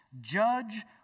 judge